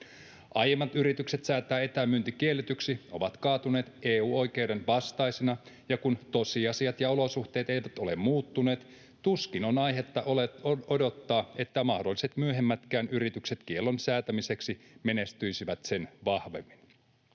Aiemmat yritykset säätää etämyynti kielletyksi ovat kaatuneet EU-oikeuden vastaisina, ja kun tosiasiat ja olosuhteet eivät ole muuttuneet, tuskin on aihetta odottaa, että mahdolliset myöhemmätkään yritykset kiellon säätämiseksi menestyisivät sen vahvemmin.